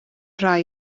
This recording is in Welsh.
rhai